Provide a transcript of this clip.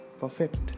perfect